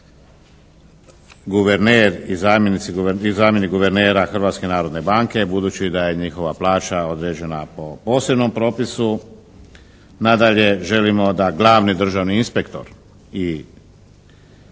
guverner i zamjenik guvernera Hrvatske narodne banke, budući da je njihova plaća određena po posebnom propisu. Nadalje, želimo da glavni državni inspektor i